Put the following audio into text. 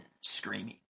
screaming